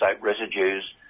residues